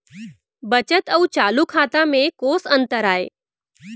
बचत अऊ चालू खाता में कोस अंतर आय?